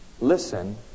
Listen